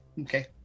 Okay